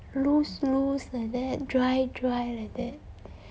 loose loose like that dry dry like that